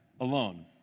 alone